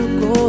go